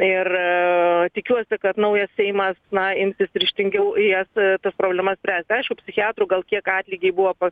ir tikiuosi kad naujas seimas na imsis ryžtingiau į jas tas problemas spręst aišku psichiatrų gal kiek atlygiai buvo pa